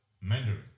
Mandarin